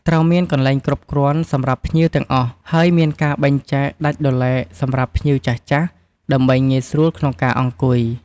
ត្រូវមានកន្លែងគ្រប់គ្រាន់សម្រាប់ភ្ញៀវទាំងអស់ ហើយមានការបែងចែកដាច់ដោយឡែកសម្រាប់ភ្ញៀវចាស់ៗ ដើម្បីងាយស្រួលក្នុងការអង្គុយ។